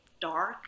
dark